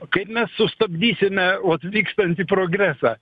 kaip mes sustabdysime vat vykstantį progresą